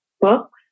books